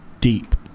deep